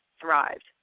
thrived